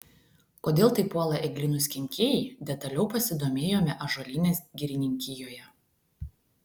kodėl taip puola eglynus kenkėjai detaliau pasidomėjome ąžuolynės girininkijoje